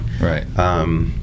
Right